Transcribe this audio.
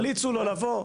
ימליצו לו לבוא,